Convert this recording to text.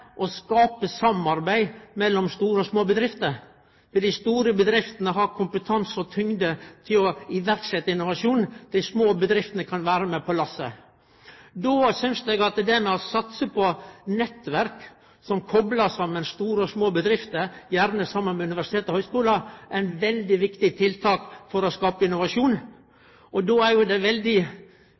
skape samarbeid mellom store og små bedrifter. Dei store bedriftene har kompetanse og tyngd til å setje i verk innovasjon, dei små bedriftene kan vere med på lasset. Eg synest at det å satse på nettverk som koplar saman store og små bedrifter, gjerne saman med universitet og høgskular, er eit veldig viktig tiltak for å skape innovasjon. Då er det veldig